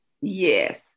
Yes